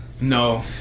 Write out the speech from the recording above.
No